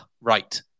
right